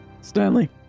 Stanley